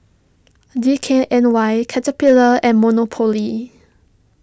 D K N Y Caterpillar and Monopoly